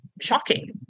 shocking